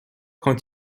quand